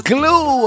Glue